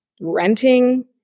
renting